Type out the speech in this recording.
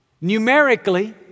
Numerically